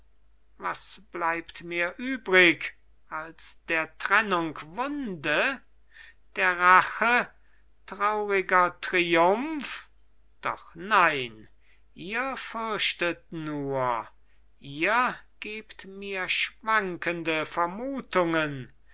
was bleibt mir übrig als der trennung wunde der rache trauriger triumph doch nein ihr fürchtet nur ihr gebt mir schwankende vermutungen